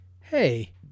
hey